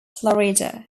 florida